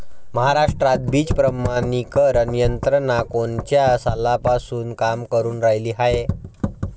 महाराष्ट्रात बीज प्रमानीकरण यंत्रना कोनच्या सालापासून काम करुन रायली हाये?